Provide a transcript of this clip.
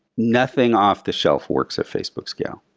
nothing off-the-shelf works at facebook scale.